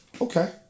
Okay